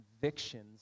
convictions